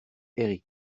herri